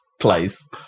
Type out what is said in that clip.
place